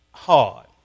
hard